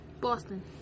Boston